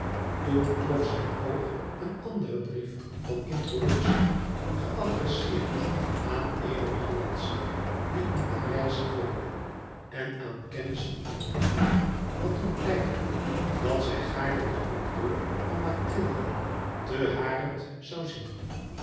toen trof zijn oog een anderen brief van introductie geadresseerd aan eene hollandsche die in parijs woonde en aan kennissen in den haag had doen blijken dat zij gaarne den auteur van mathilde ten harent zoû zien